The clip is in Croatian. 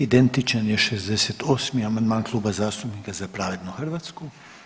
Identičan je 68. amandman Kluba zastupnika Za pravednu Hrvatsku.